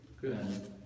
Good